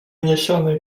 niesiony